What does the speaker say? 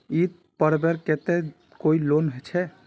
ईद पर्वेर केते कोई लोन छे?